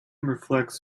reflects